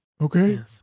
Okay